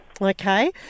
okay